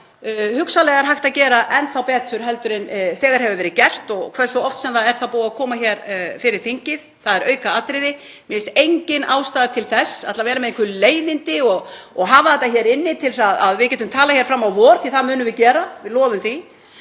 á, hugsanlega er hægt að gera enn þá betur en þegar hefur verið gert. Hversu oft sem það er þá búið að koma hér fyrir þingið er aukaatriði. Mér finnst engin ástæða til þess að vera með einhver leiðindi og hafa þetta inni til að við getum talað hér fram á vor, því það munum við gera. Við lofum því.